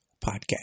podcast